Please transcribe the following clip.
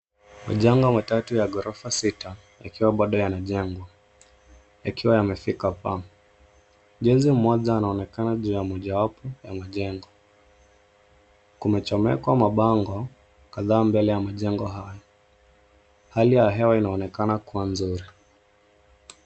Majengo matatu ya ghorofa sita yakiwa bado yanajengwa yakiwa yamefika paa. Mjenzi mmoja anaonekana juu ya mojawapo ya majengo. Kumechomekwa mabango kadhaa mbele ya majengo haya. Hali ya hewa inaonekana kuwa nzuri.